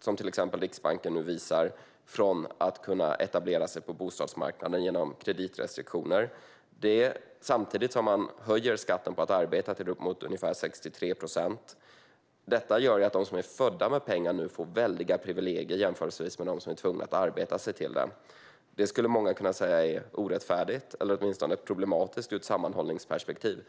som till exempel Riksbanken visar, genom kreditrestriktioner ute stora grupper från att kunna etablera sig på bostadsmarknaden. Detta sker samtidigt som man höjer skatten på att arbeta till uppemot ungefär 63 procent. Det gör att de som är födda med pengar nu får väldiga privilegier jämfört med dem som är tvungna att arbeta sig till det. Det skulle många kunna säga är orättfärdigt eller åtminstone problematiskt i ett sammanhållningsperspektiv.